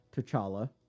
T'Challa